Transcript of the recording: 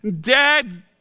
dad